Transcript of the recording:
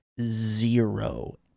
zero